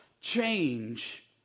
change